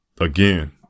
again